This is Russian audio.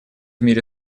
мире